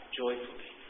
joyfully